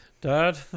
Dad